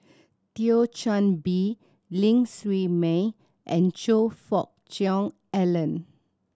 Thio Chan Bee Ling Siew May and Choe Fook Cheong Alan